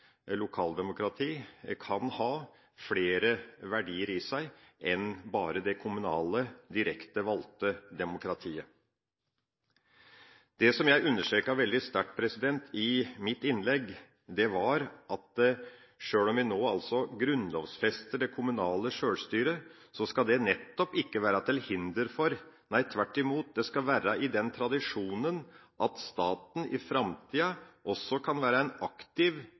kan ha flere verdier i seg enn bare det kommunale, direkte valgte demokratiet. Det som jeg understreket veldig sterkt i mitt innlegg, var at sjøl om vi nå grunnlovfester det kommunale sjølstyret, skal det nettopp ikke være til hinder for – nei tvert imot, det skal være i den tradisjonen – at staten i framtida også kan være en aktiv